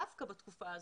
דווקא בתקופה הזאת,